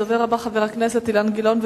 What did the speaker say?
הדובר הבא, חבר הכנסת אילן גילאון.